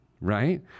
right